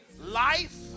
life